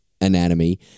anatomy